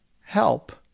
help